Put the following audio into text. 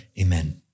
amen